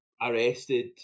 arrested